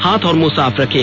हाथ और मुंह साफ रखें